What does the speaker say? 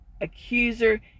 Accuser